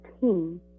team